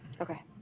okay